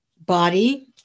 body